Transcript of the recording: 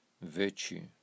virtue